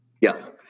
Yes